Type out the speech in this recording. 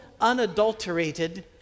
unadulterated